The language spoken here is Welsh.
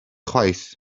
chwaith